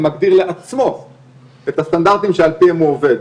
מגדיר לעצמו את הסטנדרטים שעל פיהם הוא עובד.